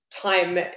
time